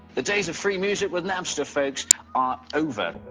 the days of free music with napster folks are over.